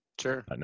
Sure